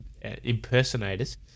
impersonators